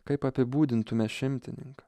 kaip apibūdintume šimtininką